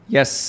Yes